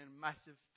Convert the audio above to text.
massive